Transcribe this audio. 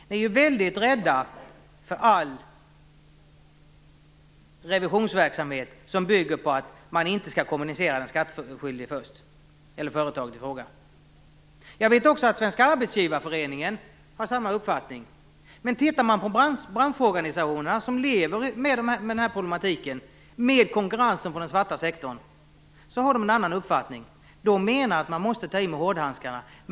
Ni är ju väldigt rädda för all revisionsverksamhet som bygger på att man inte först skall kommunicera företaget i fråga. Jag vet att också Svenska Arbetsgivareföreningen har samma uppfattning. Men tittar man på branschorganisationerna, som lever med den här problematiken, med konkurrensen från den svarta sektorn, har de en annan uppfattning. De menar att man måste ta i med hårdhandskarna.